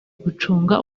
gucunga